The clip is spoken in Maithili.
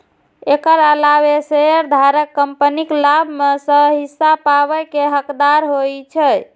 एकर अलावे शेयरधारक कंपनीक लाभ मे सं हिस्सा पाबै के हकदार होइ छै